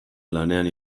lanean